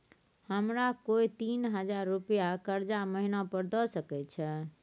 हमरा कोय तीन हजार रुपिया कर्जा महिना पर द सके छै?